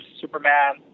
Superman